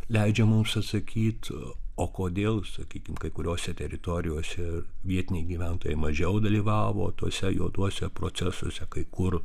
leidžia mums atsakyt o kodėl sakykim kai kuriose teritorijose vietiniai gyventojai mažiau dalyvavo tuose juoduose procesuose kai kur